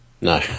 No